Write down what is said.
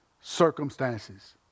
circumstances